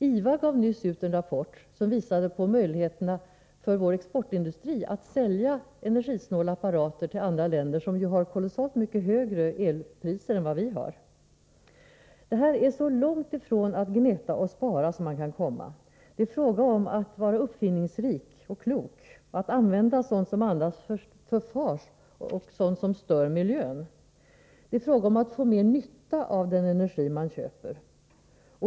IVA gav nyligen ut en rapport som visade på möjligheterna för vår exportindustri att sälja energisnåla apparater till andra länder som ju har kolossalt mycket högre elpriser än vi har. Detta är så långt från att gneta och spara som man kan komma. Det är fråga om att vara uppfinningsrik och klok, att använda sådant som annars förfars och sådant som stör miljön. Det är fråga om att få mer nytta av den energi man köper.